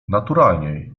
naturalnie